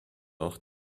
auch